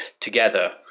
together